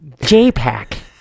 J-Pack